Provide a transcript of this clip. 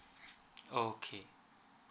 okay